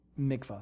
mikvah